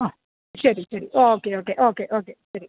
ആ ശരി ശരി ഓക്കെ ഓക്കെ ഓക്കെ ഓക്കെ ശരി